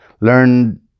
Learn